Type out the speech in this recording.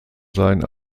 sein